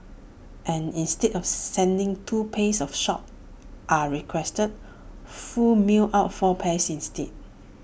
and instead of sending two pays of socks as requested Foo mailed out four pairs instead